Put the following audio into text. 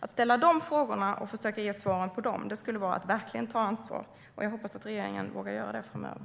Att ställa dessa frågor och försöka ge svaren på dem skulle vara att verkligen ta ansvar. Jag hoppas att regeringen vågar göra det framöver.